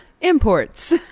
imports